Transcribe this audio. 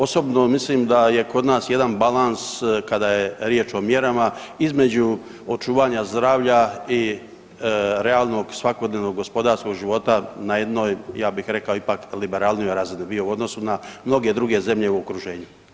Osobno mislim da je kod nas jedan balans kada je riječ o mjerama između očuvanja zdravlja i realnog svakodnevnog gospodarskog života na jednoj ja bih rekao ipak liberalnijoj razini bio u odnosu na mnoge druge zemlje u okruženju.